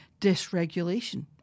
dysregulation